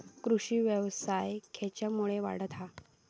कृषीव्यवसाय खेच्यामुळे वाढता हा?